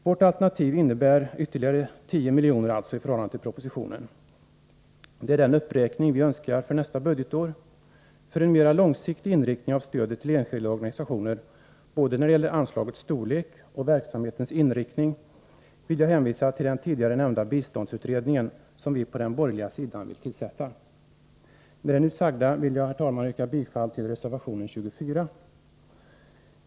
Vårt alternativ innebär alltså ytterligare 10 miljoner i förhållande till propositionen. Det är den uppräkning vi önskar för nästa budgetår. För en mer långsiktig inriktning av stödet till enskilda organisationer, både när det gäller anslagets storlek och verksamhetens inriktning, vill jag hänvisa till den tidigare nämnda biståndsutredningen, som vi på den borgerliga sidan vill tillsätta. Med det nu sagda vill jag, herr talman, yrka bifall till reservationen 24.